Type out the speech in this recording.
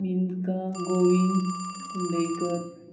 मिंदका Govind Kundaikar